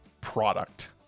product